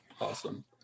awesome